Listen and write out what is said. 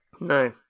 No